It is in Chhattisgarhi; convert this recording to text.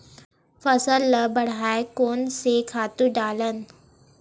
फसल ल बढ़ाय कोन से खातु डालन?